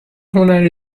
هنر